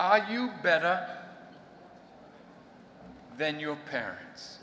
are you better than your parents